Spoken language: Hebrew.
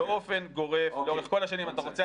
באופן גורף לאורך כל השנים אתה רוצה,